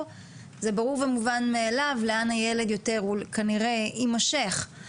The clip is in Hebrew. זה ברור ומובן מאליו לאן הילד כנראה יימשך,